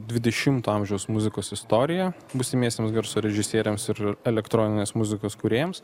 dvidešimto amžiaus muzikos istoriją būsimiesiems garso režisieriams ir elektroninės muzikos kūrėjams